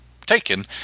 taken